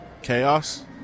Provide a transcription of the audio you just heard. Chaos